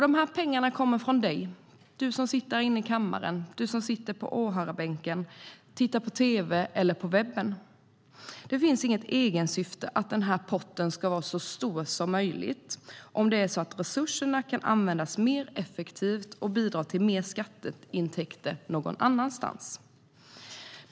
Dessa pengar kommer från dig som sitter här inne i kammaren, från dig som sitter på åhörarläktaren, från dig som tittar på tv eller från dig som tittar på webben. Det finns inget egensyfte i fråga om att denna pott ska vara så stor som möjligt om resurserna kan användas mer effektivt och bidra till mer skatteintäkter någon annanstans.